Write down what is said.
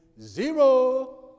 zero